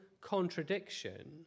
contradiction